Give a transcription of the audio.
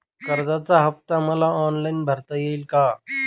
कर्जाचा हफ्ता मला ऑनलाईन भरता येईल का?